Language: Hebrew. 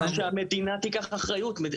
שהמדינה תיקח את האחריות.